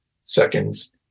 seconds